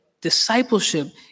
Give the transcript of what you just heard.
discipleship